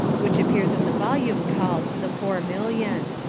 which appears in the volume called the four million.